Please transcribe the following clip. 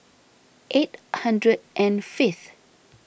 eight hundred and fifth